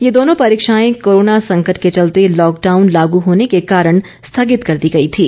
ये दोनों परीक्षाएं कोरोना संकट के चलते लॉकडाउन लागू होने के कारण स्थगित कर दी गई थीं